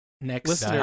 Next